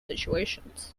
situations